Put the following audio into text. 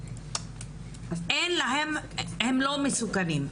הם לא מסוכנים.